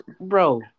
bro